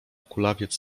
kulawiec